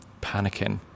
panicking